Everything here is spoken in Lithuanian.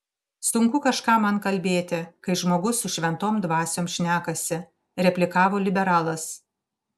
sunku kažką man kalbėti kai žmogus su šventom dvasiom šnekasi replikavo liberalas